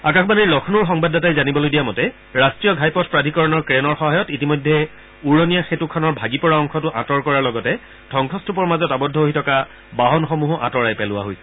আকাশবাণীৰ লক্ষ্ণৌৰ সংবাদদাতাই জানিবলৈ দিয়া মতে ৰাষ্ট্ৰীয় ঘাইপথ প্ৰাধিকৰণৰ ক্ৰেনৰ সহায়ত ইতিমধ্যে উৰণীয়া সেঁতুখনৰ ভাগি পৰা অংশটো আঁতৰ কৰাৰ লগতে ধবংসস্তুপৰ মাজত আৱদ্ধ হৈ থকা বাহনসমূহো আঁতৰাই পেলোৱা হৈছে